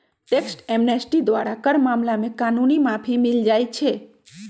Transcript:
tax amnesty द्वारा कर मामला में कानूनी माफी मिल जाइ छै